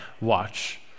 watch